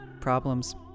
problems